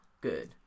good